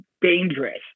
Dangerous